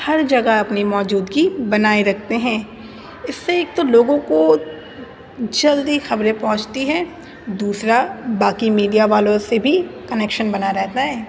ہر جگہ اپنی موجودگی بنائے رکھتے ہیں اس سے ایک تو لوگوں کو جلدی خبریں پہنچتی ہیں دوسرا باقی میڈیا والوں سے بھی کنیکشن بنا رہتا ہے